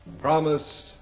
promise